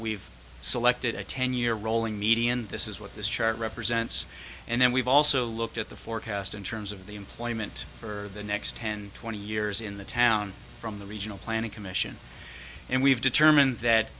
we've selected a ten year rolling median this is what this chart represents and then we've also looked at the forecast in terms of the employment for the next ten twenty years in the town from the regional planning commission and we've determined that